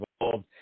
involved